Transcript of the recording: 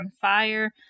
fire